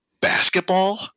basketball